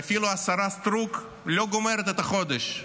שאפילו השרה סטרוק לא גומרת את החודש,